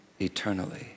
eternally